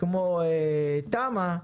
כמו תמ"א,